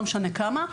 לא משנה כמה,